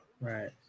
Right